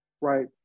right